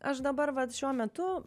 aš dabar vat šiuo metu